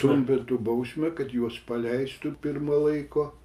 trumpintų bausmę kad juos paleistų pirma laiko